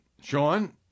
Sean